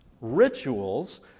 rituals